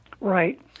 Right